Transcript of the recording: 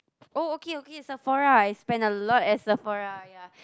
oh okay okay Sephora I spend a lot at Sephora ya